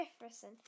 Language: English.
Jefferson